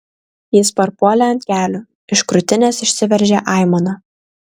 jis parpuolė ant kelių iš krūtinės išsiveržė aimana